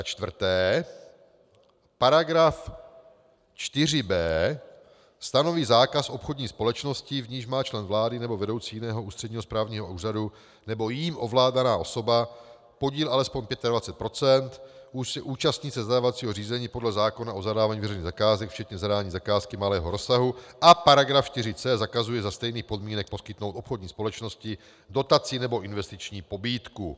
4. § 4b stanoví zákaz obchodní společnosti, v níž má člen vlády nebo vedoucí jiného ústředního správního úřadu nebo jím ovládaná osoba podíl alespoň 25 %, účastnit se zadávacího řízení podle zákona o zadávání veřejných zakázek, včetně zadání zakázky malého rozsahu, a § 4c zakazuje za stejných podmínek poskytnout obchodní společnosti dotaci nebo investiční pobídku.